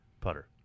putter